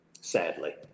sadly